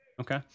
Okay